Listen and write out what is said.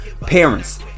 parents